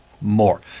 more